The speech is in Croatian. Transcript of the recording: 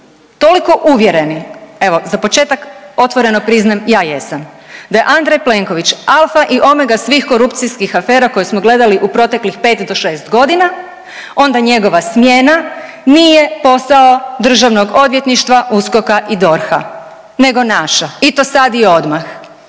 toliko uvjereni, evo za početak otvoreno priznajem ja jesam, da je Andrej Plenković alfa i omega svih korupcijskih afera koje smo gledali u proteklih 5 do 6.g., onda njegova smjena nije posao državnog odvjetništva, USKOK-a i DORH-a nego naša i to sad i odmah,